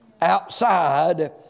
outside